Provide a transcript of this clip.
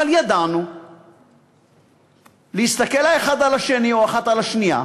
אבל ידענו להסתכל אחד על השני, או אחת על השנייה,